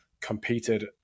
competed